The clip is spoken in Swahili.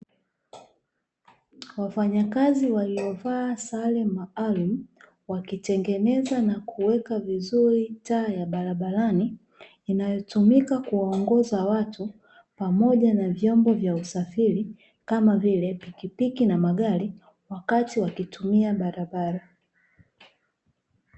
Wafanyakazi waliovaa sare maalumu wakitengeneza na kuweka vizuri taa ya barabarani inayotumika kuwaongoza watu pamoja na vyombo vya usafiri kama vile Pikipiki na Magari wakati wakitumia barabara.